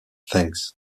thanks